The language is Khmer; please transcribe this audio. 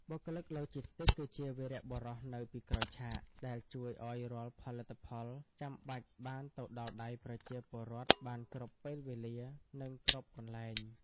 បុគ្គលិកឡូជីស្ទីកគឺជាវីរបុរសនៅពីក្រោយឆាក ដែលជួយឱ្យរាល់ផលិតផលចាំបាច់បានទៅដល់ដៃប្រជាពលរដ្ឋបានគ្រប់ពេលវេលា និងគ្រប់កន្លែង។